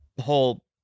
whole